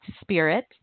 spirit